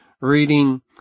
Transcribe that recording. reading